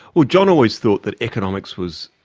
well, john always thought that economics was,